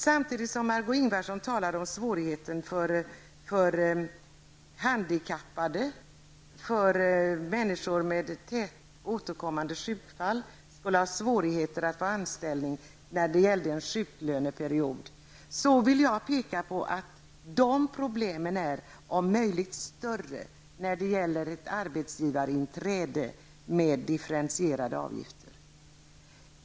Samtidigt som Margó Ingvardsson talar om svårigheten för handikappade och människor med återkommande sjukdom att få anställning när de gällde en sjuklöneperiod, vill jag peka på att de problemen är om möjligt större när det gäller ett arbetsgivarinträde med differentierade avgifter.